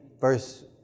verse